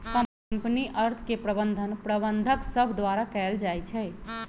company अर्थ के प्रबंधन प्रबंधक सभ द्वारा कएल जाइ छइ